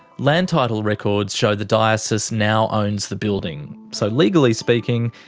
land title records show the diocese now owns the building. so legally speaking,